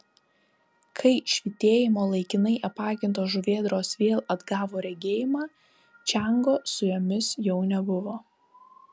kai švytėjimo laikinai apakintos žuvėdros vėl atgavo regėjimą čiango su jomis jau nebuvo